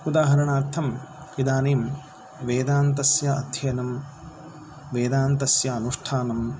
उदाहरणार्थम् इदानीं वेदान्तस्य अध्ययनं वेदान्तस्य अनुष्ठानं